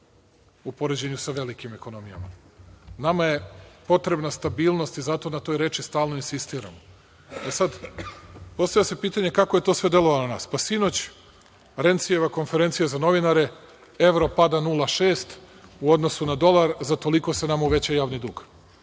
u poređenju sa velikim ekonomijama. Nama je potrebna stabilnost i zato na toj reči stalno insistiramo.E, sad postavlja se pitanje kako je sve to delovalo na nas? Pa, sinoć, Rencijeva konferencija za novinare, evro pada 0,6 u odnosu na dolar, za toliko se nama uveća javni dug.